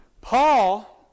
Paul